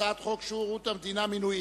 והצעת חוק שירות המדינה (מינויים)